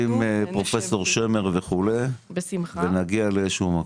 פרופסור שמר וכו' ונגיע לאיזה שהוא מקום.